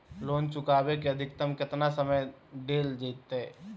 Loan चुकाबे के अधिकतम केतना समय डेल जयते?